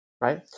right